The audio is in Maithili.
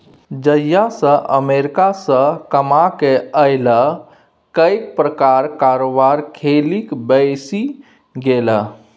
जहिया सँ अमेरिकासँ कमाकेँ अयलाह कैक प्रकारक कारोबार खेलिक बैसि गेलाह